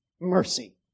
mercy